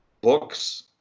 books